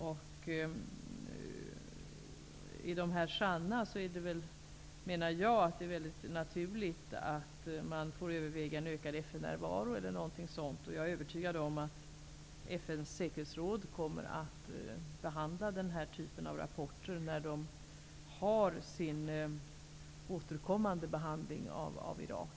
Är dessa rapporter sanna menar jag att det är naturligt att överväga ökad FN-närvaro eller något sådant. Jag är övertygad om att FN:s säkerhetsråd kommer att behandla denna typ av rapporter vid sin återkommande behandling av Irakfrågan.